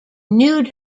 new